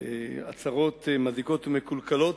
הצהרות מזיקות ומקולקלות,